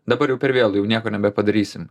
dabar jau per vėlu jau nieko nebepadarysim